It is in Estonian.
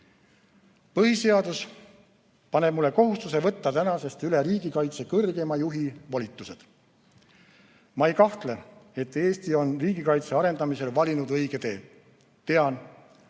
Põhiseadus paneb mulle kohustuse võtta tänasest üle riigikaitse kõrgeima juhi volitused. Ma ei kahtle, et Eesti on riigikaitse arendamisel valinud õige tee. Tean, et